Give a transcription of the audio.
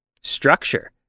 Structure